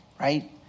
right